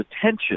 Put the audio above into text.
attention